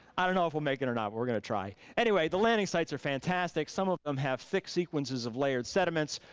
i don't know if we'll make it or not, but we're gonna try. anyway, the landing sites are fantastic, some of them have fixed sequences of layered sediments.